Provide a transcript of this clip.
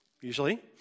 usually